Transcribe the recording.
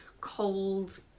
cold